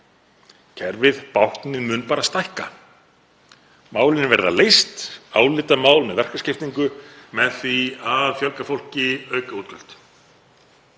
Kerfið, báknið, mun bara stækka. Málin verða leyst, álitamál, með verkaskiptingu, með því að fjölga fólki, auka útgjöld.